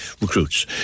recruits